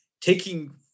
taking